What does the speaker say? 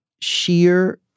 Sheer